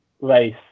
race